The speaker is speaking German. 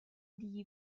die